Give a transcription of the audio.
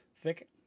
thick